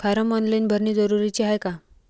Form online भरने जरुरीचे हाय का?